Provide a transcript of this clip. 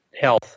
health